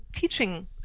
teaching